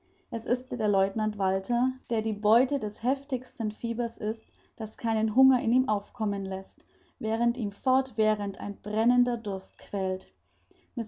es ist der lieutenant walter der eine beute des heftigsten fiebers ist das keinen hunger in ihm aufkommen läßt während ihn fortwährend ein brennender durst quält